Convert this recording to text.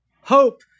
hope